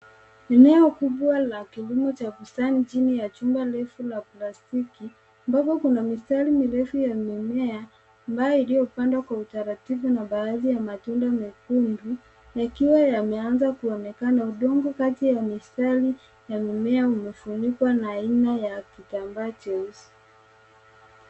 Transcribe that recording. Eneo kubwa la kilimo cha bustani chini ya chumba refu la plastiki ambapo kuna mistari mirefu ya mimea ambayo iliyopandwa kwa utaratibu na baadhi ya matunda mekundu yakiwa yameanza kuonekana. Udongo kati ya mistari ya mimea umefunikwa na aina ya kitambaa nyeusi.